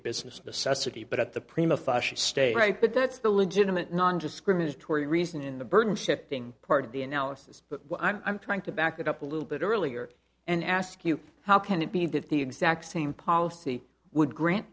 business necessity but at the prima fascia state right but that's the legitimate nondiscriminatory reason in the burden shifting part of the analysis but i'm trying to back it up a little bit earlier and ask you how can it be that the exact same policy would grant